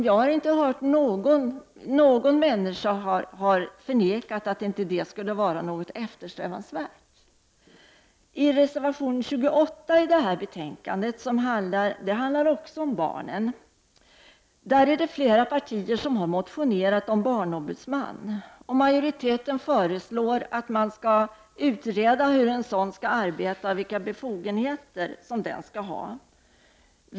Jag har inte hört någon människa förneka att det skulle vara något eftersträvansvärt. Reservation 28 till betänkandet handlar också om barnen. Flera partier har motionerat om en barnombudsman. Majoriteten föreslår att man skall utreda hur en sådan skall arbeta, vilka befogenheter en sådan ombudsman skall ha.